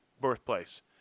birthplace